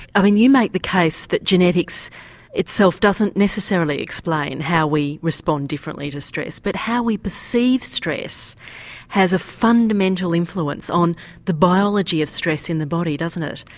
i mean you make the case that genetics itself doesn't necessarily explain how we respond differently to stress, but how we perceive stress has a fundamental influence on the biology of stress in the body, doesn't it?